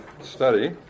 study